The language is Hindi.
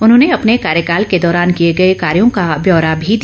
उन्होंने अपने कार्यकाल के दौरान किए गए कार्यों का ब्यौरा भी दिया